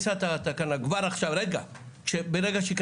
אני מבין עכשיו איך הם עושים,